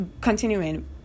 continuing